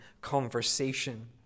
conversation